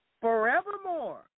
forevermore